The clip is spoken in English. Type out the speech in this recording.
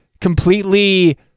completely